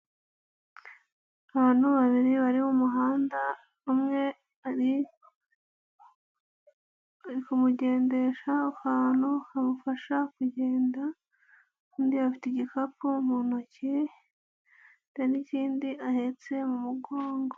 Abantu babiri bari mu muhanda umwe ari kumugendesha ahantu hamufasha kugenda. Undi afite igikapu mu ntoki afite n'ikindi ahetse mu mugongo.